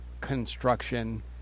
construction